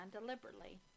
deliberately